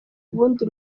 ubundi